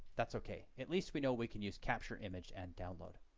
that's okay, at least we know we can use capture image and download.